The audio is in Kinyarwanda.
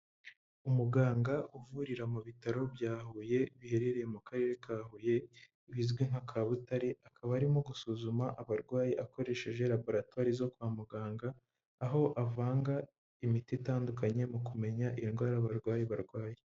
Umuganga uvurira mu bitaro bya Huye biherereye mu karere ka Huye bizwi nka Kabutare, akaba arimo gusuzuma abarwayi, akoresheje raboratori zo kwa muganga, aho avanga imiti itandukanye mu kumenya iyi indwara abarwayi barwaye.